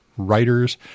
Writers